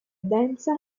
densa